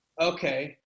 Okay